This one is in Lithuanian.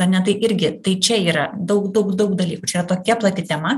ane tai irgi tai čia yra daug daug daug dalykų čia tokia plati tema